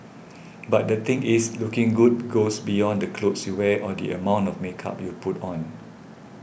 but the thing is looking good goes beyond the clothes you wear or the amount of makeup you put on